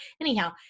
Anyhow